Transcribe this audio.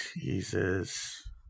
Jesus